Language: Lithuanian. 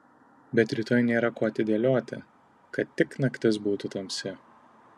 bet rytoj nėra ko atidėlioti kad tik naktis būtų tamsi